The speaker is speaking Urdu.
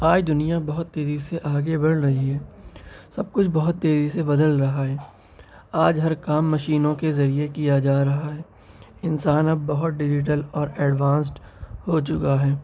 آج دنیا بہت تیزی سے آگے بڑھ رہی ہے سب کچھ بہت تیزی سے بدل رہا ہے آج ہر کام مشینوں کے ذریعے کیا جا رہا ہے انسان اب بہت ڈیجیٹل اور ایڈوانسڈ ہو چکا ہے